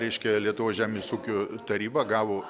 reiškia lietuvos žemės ūkio taryba gavo